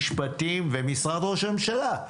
משפטים ומשרד ראש הממשלה.